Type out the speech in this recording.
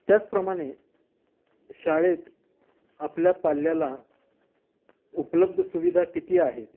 त्याचप्रमाणे शाळेत आपल्या पाल्याला उपलब्ध सुविधा किती आहेत